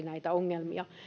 näitä ongelmia